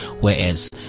whereas